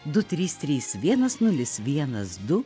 du trys trys vienas nulis vienas du